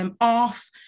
off